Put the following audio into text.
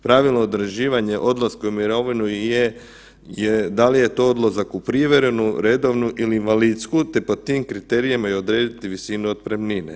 Pravilno određivanje odlaska u mirovinu je, da li je to odlazak u prijevremenu, redovnu ili invalidsku te po tim kriterijima i odrediti visinu otpremnine.